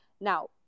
now